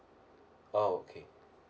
oh okay